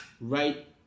right